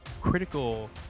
critical